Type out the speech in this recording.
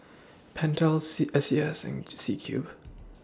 Pentel C S C S and C Cube